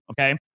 Okay